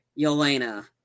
Yelena